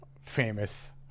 famous